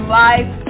life